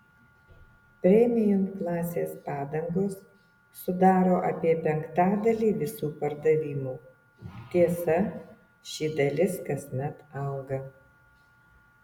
premium klasės padangos sudaro apie penktadalį visų pardavimų tiesa ši dalis kasmet auga